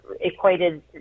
equated